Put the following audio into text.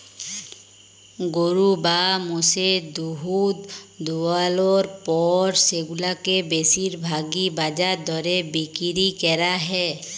গরু বা মোষের দুহুদ দুয়ালর পর সেগুলাকে বেশির ভাগই বাজার দরে বিক্কিরি ক্যরা হ্যয়